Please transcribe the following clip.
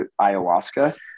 ayahuasca